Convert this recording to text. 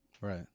Right